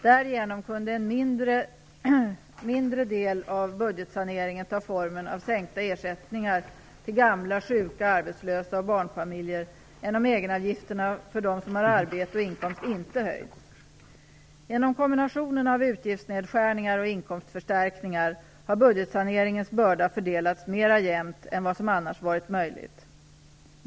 Därigenom kunde en mindre del av budgetsaneringen ta formen av sänkta ersättningar till gamla, sjuka, arbetslösa och barnfamiljer än om egenavgifterna för dem som har arbete och inkomst inte hade höjts. Genom kombinationen av utgiftsnedskärningar och inkomstförstärkningar har budgetsaneringens börda fördelats mera jämnt än vad som annars hade varit möjligt.